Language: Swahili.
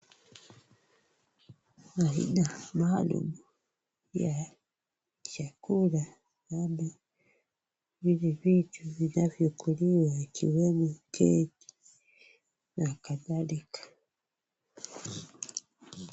Aina maalum ya chakula yenye vitu vinavyokuliwa ikiwemo keki na kadhalika.